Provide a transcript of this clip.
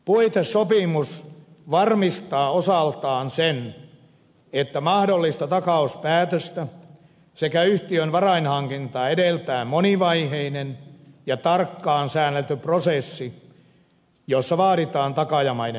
puitesopimus varmistaa osaltaan sen että mahdollista takauspäätöstä sekä yhtiön varainhankintaa edeltää monivaiheinen ja tarkkaan säännelty prosessi jossa vaaditaan takaajamaiden yksimielisyyttä